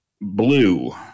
Blue